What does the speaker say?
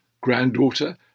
granddaughter